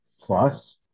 plus